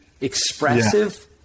expressive